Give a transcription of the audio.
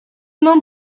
mewn